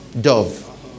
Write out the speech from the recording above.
dove